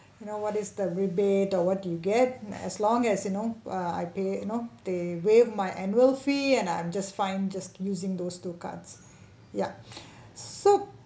you know what is the rebate or what do you get as long as you know uh I pay you know they waive my annual fee and I'm just fine just using those two cards ya so